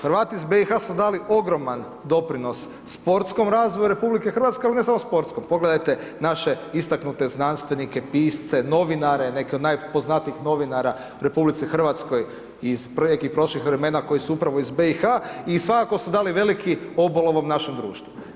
Hvati iz BiH su dali ogroman doprinos sportskom razvoju RH, ali ne samo sportskom, pogledajte naše istaknute znanstvenike, pisce, novinare, neki od najpoznatijih novinara u RH iz nekih prošlih vremena koji su upravo iz BiH i svakako su dali veliki obol ovom našem društvu.